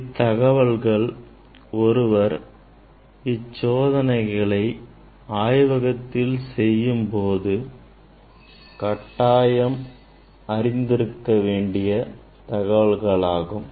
இத்தகவல்கள் ஒருவர் இச்சோதனைகளை ஆய்வகத்தில் செய்யும்போது கட்டாயம் அறிந்து இருக்கவேண்டிய தகவல்களாகும்